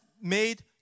made